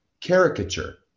caricature